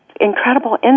incredible